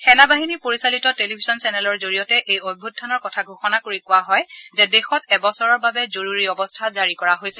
সেনা বাহিনী পৰিচালিত টেলিভিছন চেনেলৰ জৰিয়তে এই অভ্যুখানৰ কথা ঘোষণা কৰি কোৱা হয় যে দেশত এবছৰৰ বাবে জৰুৰী অৱস্থা জাৰি কৰা হৈছে